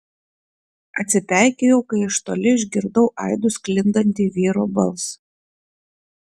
atsipeikėjau kai iš toli išgirdau aidu sklindantį vyro balsą